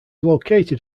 located